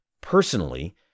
Personally